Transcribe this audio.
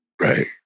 Right